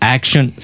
Action